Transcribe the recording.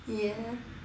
ya